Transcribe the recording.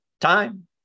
Time